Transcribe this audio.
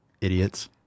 Idiots